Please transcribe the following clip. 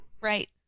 Right